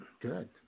Good